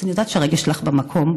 אז אני יודעת שהרגש שלכם במקום.